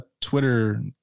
Twitter